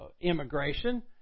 immigration